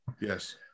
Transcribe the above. Yes